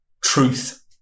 truth